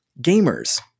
gamers